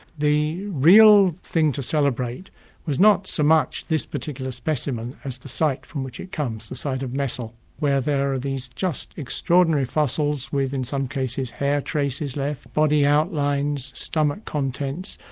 the real thing to celebrate was not so much this particular specimen as the site from which it comes, the site of messel where there are these just extraordinary fossils with, in some cases, hair traces left, body outlines, stomach contents,